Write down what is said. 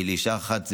לאישה אחת זה